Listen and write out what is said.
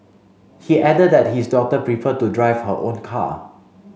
he added that his daughter preferred to drive her own car